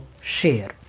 share